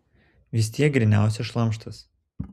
vis tiek gryniausias šlamštas